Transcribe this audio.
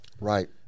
Right